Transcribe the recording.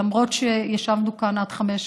למרות שישבנו כאן עד 05:00,